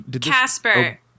Casper